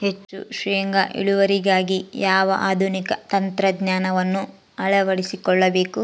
ಹೆಚ್ಚು ಶೇಂಗಾ ಇಳುವರಿಗಾಗಿ ಯಾವ ಆಧುನಿಕ ತಂತ್ರಜ್ಞಾನವನ್ನು ಅಳವಡಿಸಿಕೊಳ್ಳಬೇಕು?